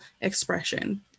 expression